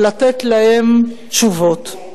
ולתת להם תשובות.